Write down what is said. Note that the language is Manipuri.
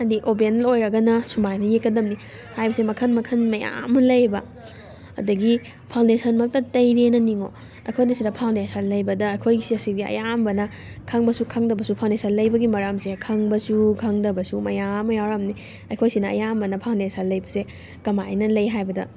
ꯑꯗꯩ ꯑꯣꯕꯦꯜ ꯑꯣꯏꯔꯒꯅ ꯁꯨꯃꯥꯏꯅ ꯌꯦꯛꯀꯗꯕꯅꯤ ꯍꯥꯏꯕꯁꯦ ꯃꯈꯟ ꯃꯈꯟ ꯃꯌꯥꯝ ꯑꯃ ꯂꯩꯑꯕ ꯑꯗꯒꯤ ꯐꯥꯎꯟꯗꯦꯁꯟ ꯃꯛꯇ ꯇꯩꯔꯦꯅ ꯅꯤꯡꯉꯣ ꯑꯩꯈꯣꯏꯅ ꯁꯤꯗ ꯐꯥꯎꯟꯗꯦꯁꯟ ꯂꯩꯕꯗ ꯑꯩꯈꯣꯏꯁꯦ ꯁꯤꯒꯤ ꯑꯌꯥꯝꯕꯅ ꯈꯪꯕꯁꯨ ꯈꯪꯗꯕꯁꯨ ꯐꯥꯎꯟꯗꯦꯁꯟ ꯂꯩꯕꯒꯤ ꯃꯔꯝꯁꯦ ꯈꯪꯕꯁꯨ ꯈꯪꯗꯕꯁꯨ ꯃꯌꯥꯝꯃ ꯌꯥꯎꯔꯝꯅꯤ ꯑꯩꯈꯣꯏ ꯁꯤꯅ ꯑꯌꯥꯝꯕꯅ ꯐꯥꯎꯟꯗꯦꯁꯟ ꯂꯩꯕꯁꯦ ꯀꯃꯥꯏꯅ ꯂꯩ ꯍꯥꯏꯕꯗ